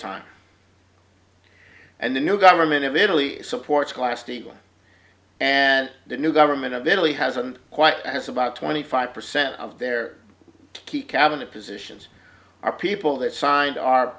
time and the new government of italy supports plastique one and the new government of italy hasn't quite as about twenty five percent of their key cabinet positions are people that signed our